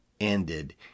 ended